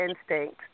instinct